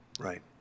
Right